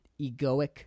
egoic